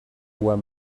were